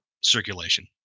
circulation